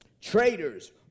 traitors